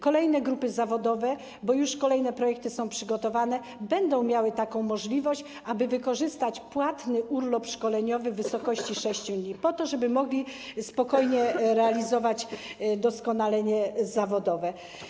Kolejne grupy zawodowe, bo już kolejne projekty są przygotowane, będą miały taką możliwość, aby wykorzystać płatny urlop szkoleniowy w wysokości 6 dni, żeby mogli spokojnie realizować doskonalenie zawodowe.